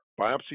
biopsy